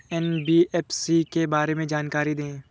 NBFC के बारे में जानकारी दें?